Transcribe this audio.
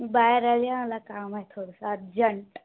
बाहेर आली आहे मला काम आहे थोडंसं अर्जंट